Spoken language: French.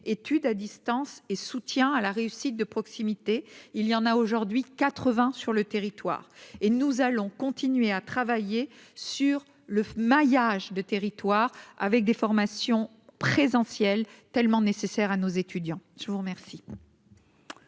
études à distance et soutien à la réussite de proximité, il y en a aujourd'hui 80 sur le territoire et nous allons continuer à travailler sur le maillage du territoire avec des formations présentiel tellement nécessaire à nos étudiants, je vous remercie.